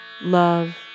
love